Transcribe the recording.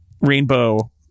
rainbow